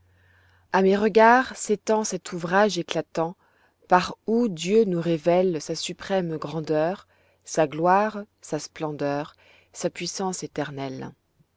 a mes regards s'étend cet ouvrage éclatant par où dieu nous révèle sa suprême grandeur sa gloire sa splendeur sa puissance éternelle